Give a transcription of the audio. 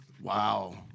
wow